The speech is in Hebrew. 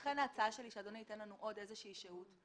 לכן ההצעה שלי היא שאדוני ייתן לנו עוד איזושהי שהות.